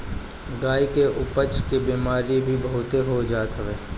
गाई के अपच के बेमारी भी बहुते हो जात हवे